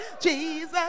Jesus